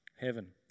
Heaven